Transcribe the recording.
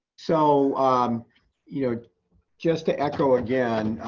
so um yeah just to echo again,